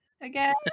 again